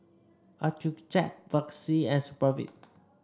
Accucheck Vagisil and Supravit